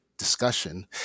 discussion